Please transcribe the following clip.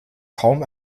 kaum